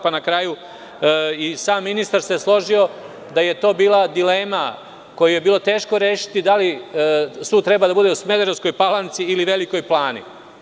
Na kraju i sam ministar se složio da je to bila dilema koju je bilo teško rešiti, da li sud treba da bude u Smederevskom Palanci, ili Velikoj Plani?